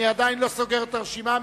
אני עדיין לא סוגר את הרשימה.